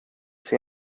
ska